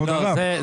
כבוד הרב.